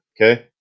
okay